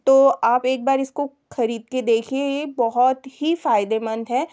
तो आप एक बार इसको ख़रीद कर देखिए बहुत ही फ़ायदेमंद है